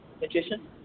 Magician